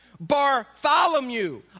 Bartholomew